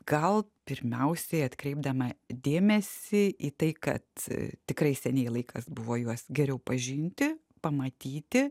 gal pirmiausiai atkreipdama dėmesį į tai kad tikrai seniai laikas buvo juos geriau pažinti pamatyti